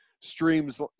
streams